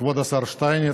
כבוד השר שטייניץ,